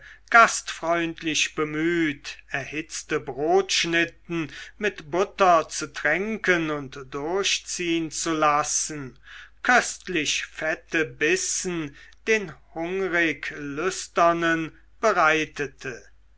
gastfreundlich bemüht erhitzte brotschnitten mit butter zu tränken und durchziehen zu lassen köstlich fette bissen den hungrig lüsternen bereitete